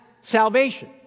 salvation